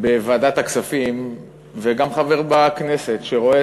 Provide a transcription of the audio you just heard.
בוועדת הכספים וגם חבר בכנסת שרואה